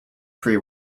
pre